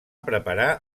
preparar